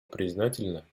признательна